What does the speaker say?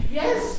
yes